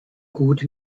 gut